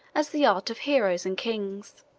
as the art of heroes and kings.